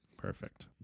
perfect